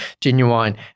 genuine